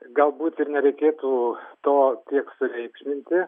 galbūt ir nereikėtų to tiek sureikšminti